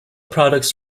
products